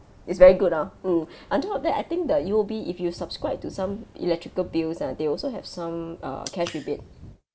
it's very good ah mm on top of that I think the U_O_B if you subscribe to some electrical bills ah they also have some uh cash rebate